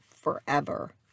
forever